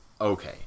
okay